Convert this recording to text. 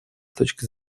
точки